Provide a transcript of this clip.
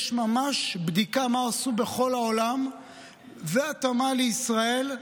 יש ממש בדיקה מה עשו בכל העולם והתאמה לישראל,